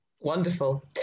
Wonderful